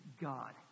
God